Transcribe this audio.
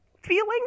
feeling